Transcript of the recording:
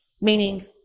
Meaning